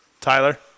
Tyler